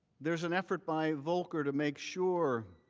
there is an effort by volker to make sure